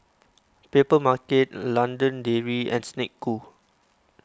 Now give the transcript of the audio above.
Papermarket London Dairy and Snek Ku